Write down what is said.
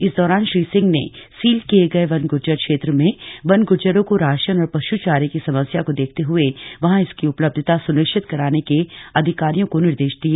इस दौरान श्री सिंह ने सील किए गए वन गुज्जर क्षेत्र में वन गुज्जरों को राशन और पशु चारे की समस्या को देखते हुए वहां इसकी उपलब्धता सुनिश्चित कराने के अधिकारियों को निर्देश दिए